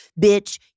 bitch